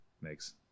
makes